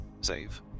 Save